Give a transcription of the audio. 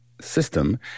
System